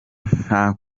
nta